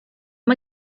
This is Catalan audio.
amb